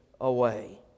away